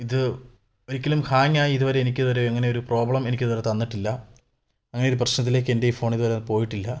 ഇത് ഒരിക്കലും ഹാംഗ് ആയി ഇതുവരെ എനിക്ക് ഇതുവരെ അങ്ങനെയൊര് പ്രോബ്ലം എനിക്കിത് വരെ തന്നിട്ടില്ല അങ്ങനെയൊര് പ്രശ്നത്തിലേക്ക് എൻ്റെ ഈ ഫോൺ ഇതുവരെ പോയിട്ടില്ല